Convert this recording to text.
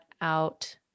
out